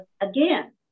again